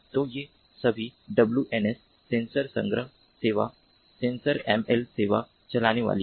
तो ये सभी WNS सेंसर संग्रह सेवा SensorML सेवा चलाने वाली है